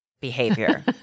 behavior